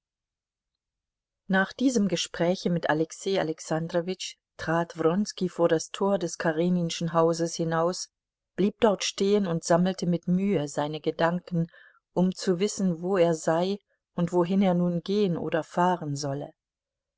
nach diesem gespräche mit alexei alexandrowitsch trat wronski vor das tor des kareninschen hauses hinaus blieb dort stehen und sammelte mit mühe seine gedanken um zu wissen wo er sei und wohin er nun gehen oder fahren solle